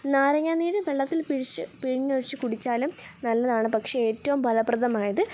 നാരങ്ങാ നീര് വെള്ളത്തിൽ പിഴിച്ച് പിഴിഞ്ഞൊഴിച്ച് കുടിച്ചാലും നല്ലതാണ് പക്ഷേ ഏറ്റവും ഫലപ്രദമായത്